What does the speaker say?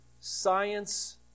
science